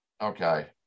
okay